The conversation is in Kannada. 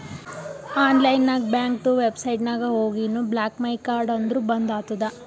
ಆನ್ಲೈನ್ ನಾಗ್ ಬ್ಯಾಂಕ್ದು ವೆಬ್ಸೈಟ್ ನಾಗ್ ಹೋಗಿನು ಬ್ಲಾಕ್ ಮೈ ಕಾರ್ಡ್ ಅಂದುರ್ ಬಂದ್ ಆತುದ